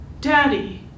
Daddy